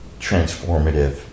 transformative